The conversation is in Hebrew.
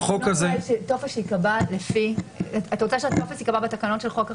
את רוצה שהטופס ייקבע בתקנות של חוק החיפוש?